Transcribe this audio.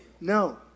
No